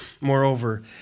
Moreover